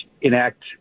enact